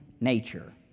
nature